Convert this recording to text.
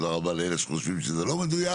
תודה רבה לאלה שחושבים שזה לא מדויק